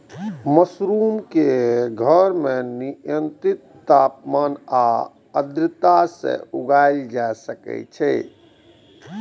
mushroom कें घर मे नियंत्रित तापमान आ आर्द्रता मे उगाएल जा सकै छै